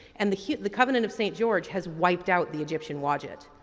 and the the covenant of st. george has wiped out the egyptian wadjet.